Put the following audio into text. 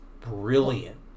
brilliant